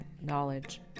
knowledge